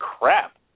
crap